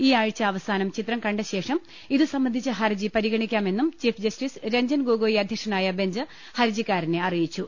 ഈ ആഴ്ച അവസാനം ചിത്രം കണ്ടശേഷം ഇതുസംബന്ധിച്ച ഹർജി പരിഗണിക്കാമെന്നും ചീഫ് ജസ്റ്റിസ് രഞ്ജൻ ഗൊഗോയി അധ്യക്ഷനായ ബെഞ്ച് ഹർജിക്കാരനെ അറി യിച്ചു